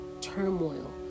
turmoil